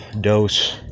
dose